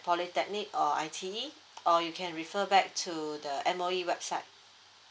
polytechnic or I_T_E or you can refer back to the M_O_E website